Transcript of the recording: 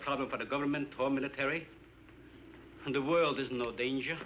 problem for the government or military and the world is not a danger